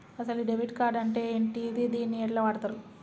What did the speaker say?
అసలు debit card అంటే ఏంటిది? దీన్ని ఎట్ల వాడుతరు?